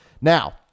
Now